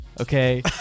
okay